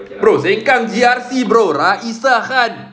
bro sengkang G_R_C bro raeesah khan